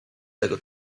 tego